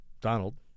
Donald